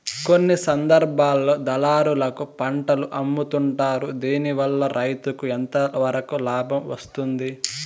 కొన్ని సందర్భాల్లో దళారులకు పంటలు అమ్ముతుంటారు దీనివల్ల రైతుకు ఎంతవరకు లాభం వస్తుంది?